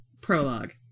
prologue